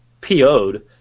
PO'd